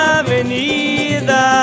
avenida